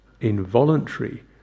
involuntary